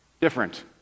different